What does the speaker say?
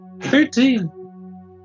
Thirteen